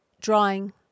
drawing